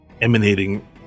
emanating